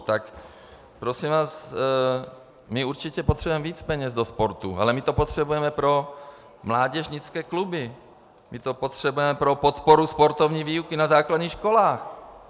Tak prosím vás, my určitě potřebujeme víc peněz do sportu, ale my to potřebujeme pro mládežnické kluby, my to potřebujeme pro podporu sportovní výuky na základních školách.